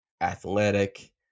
athletic